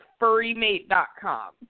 furrymate.com